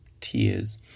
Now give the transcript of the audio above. tears